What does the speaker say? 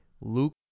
Luke